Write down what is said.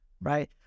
right